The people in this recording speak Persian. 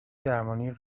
درمانی